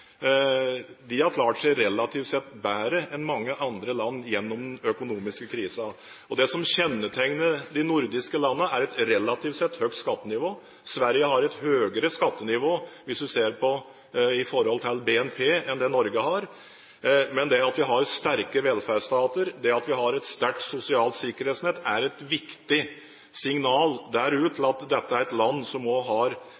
har klart seg relativt sett bedre enn mange andre land gjennom den økonomiske krisen. Det som kjennetegner de nordiske landene, er et relativt sett høyt skattenivå. Sverige har et høyere skattenivå, hvis du ser i forhold til BNP, enn det Norge har. Men det at vi har sterke velferdsstater, det at vi har et sterkt sosialt sikkerhetsnett er et viktig signal ut